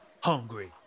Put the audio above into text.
hungry